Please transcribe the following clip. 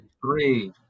Three